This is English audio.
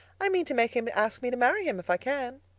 i mean to make him ask me to marry him if i can,